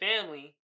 family